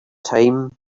time